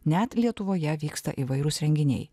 net lietuvoje vyksta įvairūs renginiai